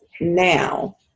now